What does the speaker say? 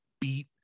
beat